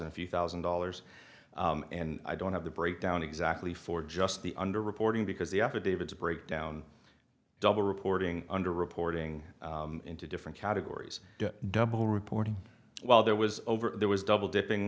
thousand a few thousand dollars and i don't have the breakdown exactly for just the underreporting because the affidavits breakdown double reporting under reporting into different categories double reporting while there was over there was double dipping